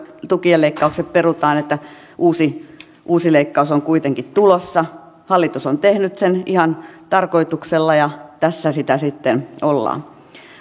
tukien leikkaukset perutaan että uusi uusi leikkaus on kuitenkin tulossa hallitus on tehnyt sen ihan tarkoituksella ja tässä sitä sitten ollaan